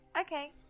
Okay